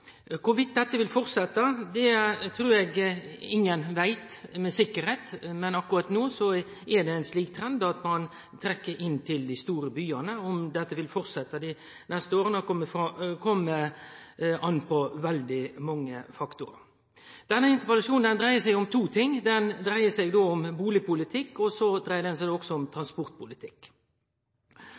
dette vil fortsetje, trur eg ingen veit med sikkerheit, men akkurat no er trenden slik at ein trekkjer inn til dei store byane. Om det vil fortsetje dei neste åra, kjem an på veldig mange faktorar. Denne interpellasjonen dreier seg om to ting. Den dreier seg om bustadpolitikk, og den dreier seg om transportpolitikk. Når det gjeld det første, bustadpolitikk, er det ingen tvil om